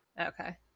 Okay